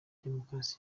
demokarasi